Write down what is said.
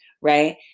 right